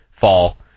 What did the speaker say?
fall